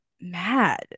mad